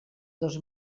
dos